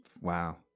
wow